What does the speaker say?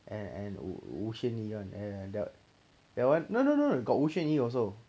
and and 吴吴宣仪 [one] and adel that one no no no got 吴宣仪 also